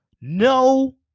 No